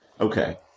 Okay